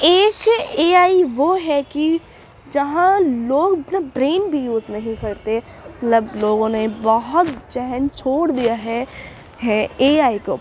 ایک A I وہ ہے کہ جہاں لوگ برین بھی یوز نہیں کرتے لوگوں نے بہت ذہن چھوڑ دیا ہے ہے اے آئی کو